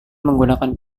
menggunakan